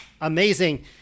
Amazing